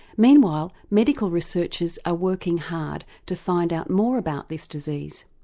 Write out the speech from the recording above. meanwhile medical researchers are working hard to find out more about this disease.